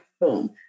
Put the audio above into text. boom